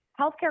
Healthcare